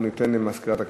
מזכירת הכנסת,